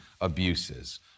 abuses